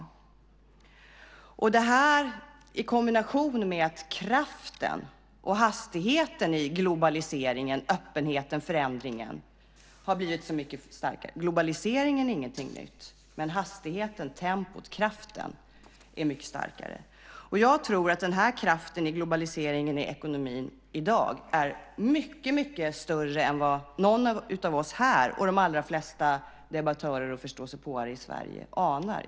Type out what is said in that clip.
Det här ska vi se i kombination med att kraften och hastigheten i globaliseringen, öppenheten, förändringen har blivit så mycket starkare. Globaliseringen är ingenting nytt, men hastigheten, tempot och kraften är mycket starkare. Jag tror att den här kraften i globaliseringen, i ekonomin, i dag är mycket större än någon av oss här och de allra flesta debattörer och förståsigpåare i Sverige anar.